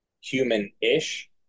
human-ish